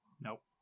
Nope